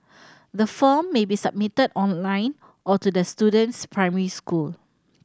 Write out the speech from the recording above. the form may be submitted online or to the student's primary school